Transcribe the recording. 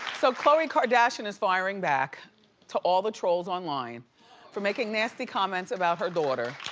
so khloe kardashian is firing back to all the trolls online from making nasty comments about her daughter.